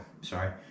sorry